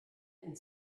and